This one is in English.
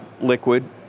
liquid